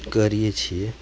કરીએ છીએ